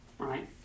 Right